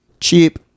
Cheap